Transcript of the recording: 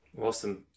Awesome